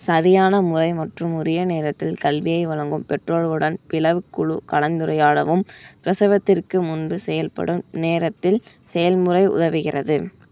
சரியான முறை மற்றும் உரிய நேரத்தில் கல்வியை வழங்கவும் பெற்றோர்களுடன் பிளவுக் குழு கலந்துரையாடவும் பிரசவத்திற்கு முன்பு செயல்படும் நேரத்தில் செயல்முறை உதவுகிறது